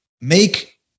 make